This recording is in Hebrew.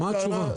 מה התשובה?